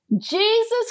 Jesus